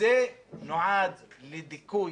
שזה נועד לדיכוי,